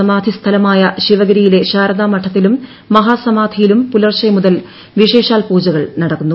സമാധിസ്ഥലമായ ശിവഗിരിയിലെ ശാരദാമഠത്തിലും മഹാസമാധിയിലും പുലർച്ചെ മുതൽ വിശേഷാൽ പൂജകൾ നടക്കുന്നു